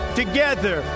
together